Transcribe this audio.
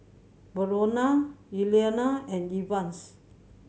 Verona Eliana and Evans